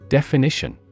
Definition